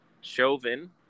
Chauvin